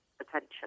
attention